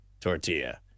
tortilla